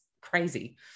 crazy